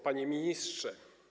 Panie Ministrze!